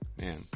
Man